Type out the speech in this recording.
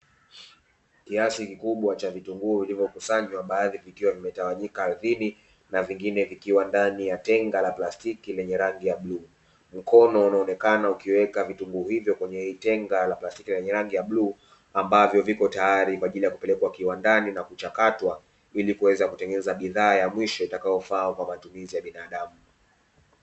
Kiasi kikubwa cha vitunguu vulivyokusanywa baadhi vikiwa vimetawanyika ardhini na vingine vikiwa ndani ya tenga la pastiki lenye rangi ya bluu, mkono unaonekena ukiweka vitunguu hivyo kwenye tenga la plastiki lenye bluu ambavyo viko tayari kwa ajili ya kuperekwa kiwandani na kuchakatwa ili kuweza kutengeneza bidhaa ya mwisho itakayofaa kwa matumizi ya binadamu.